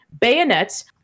bayonets